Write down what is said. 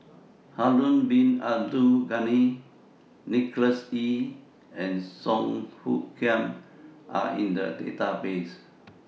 Harun Bin Abdul Ghani Nicholas Ee and Song Hoot Kiam Are in The Database